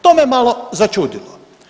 To me malo začudilo.